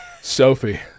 Sophie